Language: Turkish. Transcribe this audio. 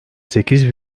sekiz